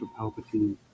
Palpatine